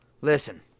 Listen